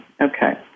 okay